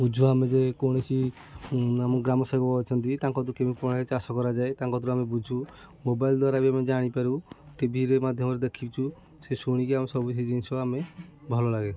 ବୁଝୁ ଆମେ ଯେ କୌଣସି ଆମ ଗ୍ରାମସେବକ ଅଛନ୍ତି ତାଙ୍କ କେମିତି କଣ ଚାଷ କରାଯାଏ ତାଙ୍କ କତରୁ ଆମେ ବୁଝୁ ମୋବାଇଲ୍ ଦ୍ୱାରା ବି ଆମେ ଜାଣିପାରୁ ଟିଭିରେ ମାଧ୍ୟମରେ ଦେଖିଛୁ ସେ ଶୁଣିକି ଆମେ ସବୁ ସେ ଜିନିଷ ଆମେ ଭଲ ଲାଗେ